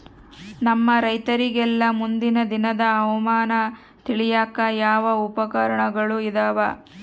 ನಮ್ಮ ರೈತರಿಗೆಲ್ಲಾ ಮುಂದಿನ ದಿನದ ಹವಾಮಾನ ತಿಳಿಯಾಕ ಯಾವ ಉಪಕರಣಗಳು ಇದಾವ?